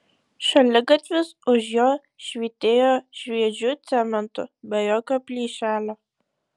šaligatvis už jo švytėjo šviežiu cementu be jokio plyšelio